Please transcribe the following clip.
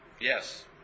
Yes